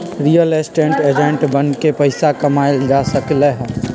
real estate agent बनके पइसा कमाएल जा सकलई ह